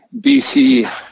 BC